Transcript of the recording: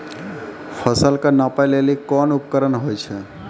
फसल कऽ नापै लेली कोन उपकरण होय छै?